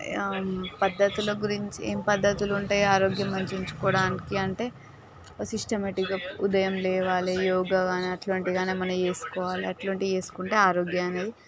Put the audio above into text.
పద్ధతులు గురించి ఏమి పద్ధతులు ఉంటాయి ఆరోగ్యం మంచిగా ఉంచుకోవడానికి అంటే సిస్టమేటిక్గా ఉదయం లేవాలి యోగా కానీ అటువంటిది ఏమైన్నా కానీ చేసుకోవాలి అలాంటివి చేసుకుంటే ఆరోగ్యం అనేది